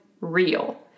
real